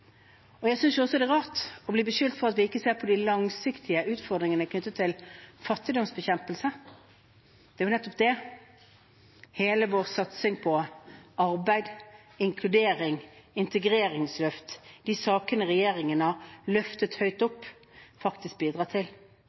arbeidslivet. Jeg synes det er rart å bli beskyldt for at vi ikke ser på de langsiktige utfordringene knyttet til fattigdomsbekjempelse. Det er nettopp det hele vår satsing på arbeid, inkludering og integreringsløft – de sakene regjeringen har løftet høyt opp – bidrar til.